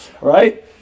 Right